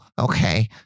okay